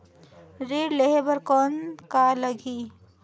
ऋण लेहे बर कौन का लगही?